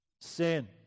sin